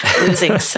Losing